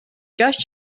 жаш